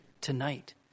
tonight